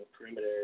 perimeter